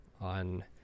on